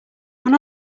when